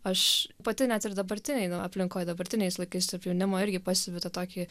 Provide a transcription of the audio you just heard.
aš pati net ir dabartinėj na aplinkoj dabartiniais laikais tarp jaunimo irgi pastebiu tą tokį